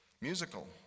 musical